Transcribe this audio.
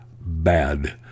Bad